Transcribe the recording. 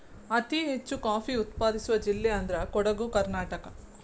ಅತಿ ಹೆಚ್ಚು ಕಾಫಿ ಉತ್ಪಾದಿಸುವ ಜಿಲ್ಲೆ ಅಂದ್ರ ಕೊಡುಗು ಕರ್ನಾಟಕ